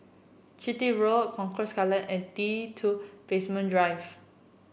Chitty Road Concourse Skyline and T two Basement Drive